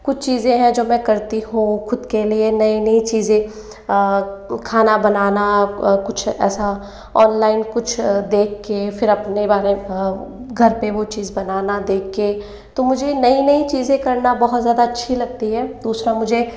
कुछ चीज़ें है जो मैं करती हूं खुद के लिए नयी नयी चीज़ें खाना बनाना कुछ ऐसा और लाइन कुछ देख के फिर अपने बारे घर पर वो चीज़ बनाना देख के तो मुझे नयी नयी चीज़ें करना बहुत ज़्यादा अच्छी लगती है दूसरा मुझे